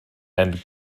and